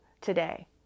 today